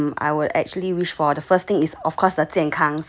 I will actually wish for the first thing is of course 的健康